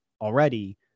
already